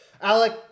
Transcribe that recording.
Alec